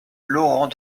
laurent